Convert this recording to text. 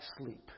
sleep